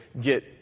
get